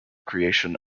creation